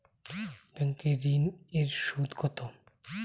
Bank ঋন এর সুদ কত?